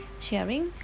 sharing